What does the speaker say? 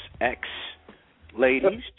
ex-ladies